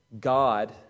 God